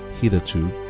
hitherto